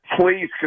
please